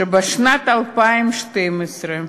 משנת 2012,